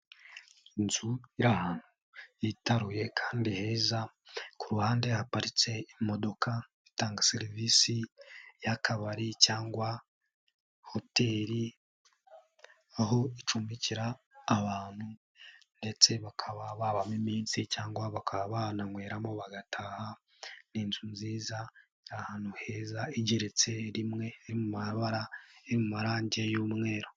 Inzu iri ahantutu yitaruye kandi heza, ku ruhande haparitse imodoka, itanga serivisi y'akabari cyangwa hoteli, aho icumbikira abantu, ndetse bakaba babamo iminsi cyangwa bakaba bananyweramo bagataha, ni inzu nziza iri ahantu heza, igeretse rimwe, iri mu mabara y'amarange y'umweru.